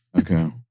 Okay